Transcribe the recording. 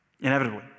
Inevitably